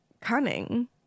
cunning